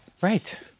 right